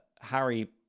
Harry